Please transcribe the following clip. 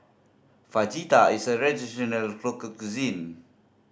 Fajita is a traditional local cuisine